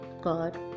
God